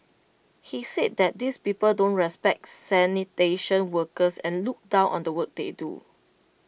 he says that these people don't respect sanitation workers and look down on the work they do